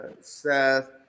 Seth